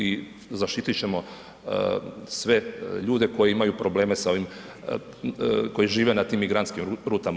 I zaštitit ćemo sve ljude koji imaju probleme sa ovim, koji žive na tim migrantskim rutama.